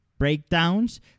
Breakdowns